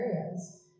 areas